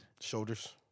shoulders